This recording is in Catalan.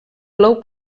plou